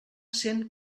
cent